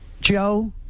Joe